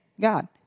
God